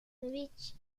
rich